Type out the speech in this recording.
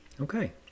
Okay